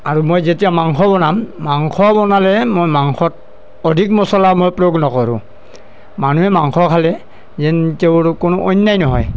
আৰু মই যেতিয়া মাংস বনাম মাংস বনালে মই মাংসত অধিক মছলা মই প্ৰয়োগ নকৰোঁ মানুহে মাংস খালে যেন তেওঁৰ কোনো অন্যায় নহয়